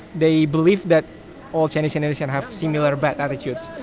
they believe that all chinese-indonesian have similar bad attitudes.